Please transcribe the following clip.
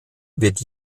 wird